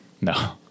No